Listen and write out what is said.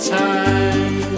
time